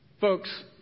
Folks